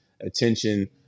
attention